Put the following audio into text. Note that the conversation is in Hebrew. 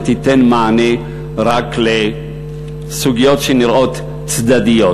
שתיתן מענה רק לסוגיות שנראות צדדיות.